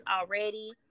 already